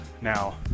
Now